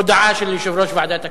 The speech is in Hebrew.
הודעה של יושב-ראש ועדת הכנסת.